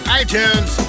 iTunes